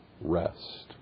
rest